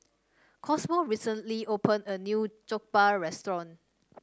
Cosmo recently opened a new Jokbal restaurant